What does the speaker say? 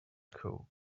cool